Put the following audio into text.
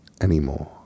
anymore